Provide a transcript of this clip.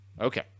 Okay